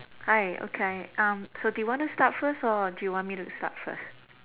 hi okay um so do you want to start first or do you want me to start first